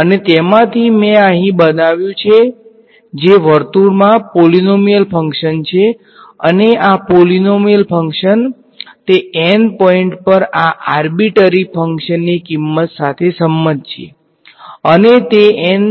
અને તેમાંથી મેં આ અહીં બનાવ્યુ છે જે વર્તુળમાં પોલીનોમીયલ ફંક્શન છે અને આ પોલીનોમીયલ ફંક્શન તે N પોઈન્ટ પર આ આર્બીટરી ફંક્શનની કિંમત સાથે સંમત છે અને તે N